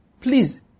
please